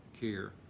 care